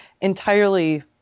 entirely